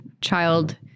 child